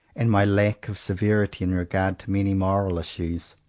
and my lack of severity in regard to many moral issues.